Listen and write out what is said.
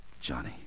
Johnny